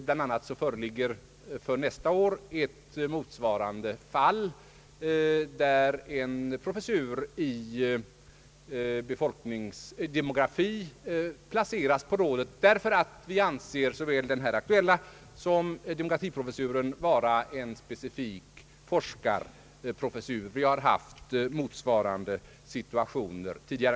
Bland annat föreligger för nästa år ett motsvarande fall, där en professur i demografi placeras på rådet. Vi anser nämligen så väl den nu aktuella som demografiprofessuren vara specifika forskarprofessurer. Motsvarande situation har förelegat tidigare.